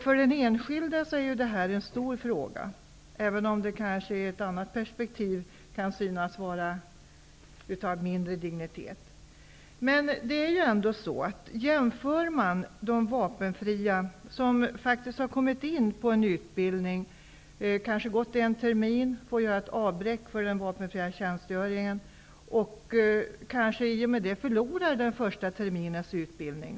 För den enskilde är detta en stor fråga, även om det i ett annat perspektiv kan synas vara av mindre dignitet. En vapenfri tjänstepliktig som har kommit in på en utbildning kanske får göra ett avbräck efter en termin för vapenfri tjänstgöring och förlorar kanske i och med det den första terminens utbildning.